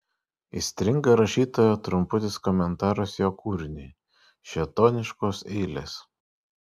įstringa rašytojo trumputis komentaras jo kūriniui šėtoniškos eilės